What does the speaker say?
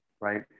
right